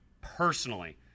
personally